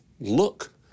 look